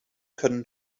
können